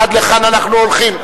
עד לכאן אנחנו הולכים?